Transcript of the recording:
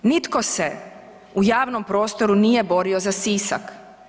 Nitko se u javnom prostoru nije borio za Sisak.